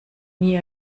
nie